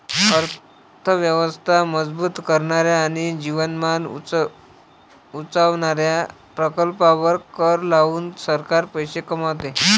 अर्थ व्यवस्था मजबूत करणाऱ्या आणि जीवनमान उंचावणाऱ्या प्रकल्पांवर कर लावून सरकार पैसे कमवते